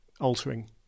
altering